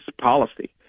policy